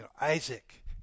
Isaac